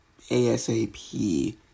ASAP